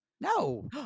No